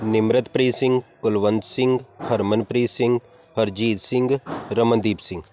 Nimratpreet Singh Kulwant Singh Harmanpreet Singh Harjeet Singh Ramandeep Singh